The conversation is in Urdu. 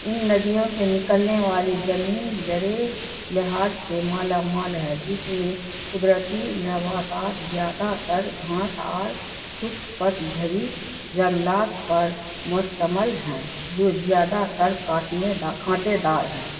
ان ندیوں سے نکلنے والی زمین زرعی لحاظ سے مالا مال ہے جس میں قدرتی نباتات زیادہ تر گھاس اور خشک پت جھڑی جنگلات پر مشتمل ہیں جو زیادہ تر کانٹنے کانٹے دار ہیں